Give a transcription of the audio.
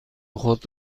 خود